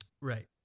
Right